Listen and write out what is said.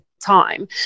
time